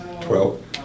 twelve